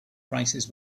prices